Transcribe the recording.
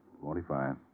Forty-five